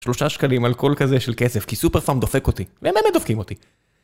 שלושה שקלים על כל כזה של כסף, כי סופר פארם דופק אותי. והם באמת דופקים אותי.